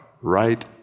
right